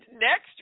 next